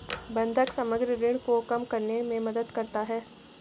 बंधक समग्र ऋण को कम करने में मदद करता है